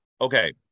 okay